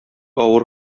авыр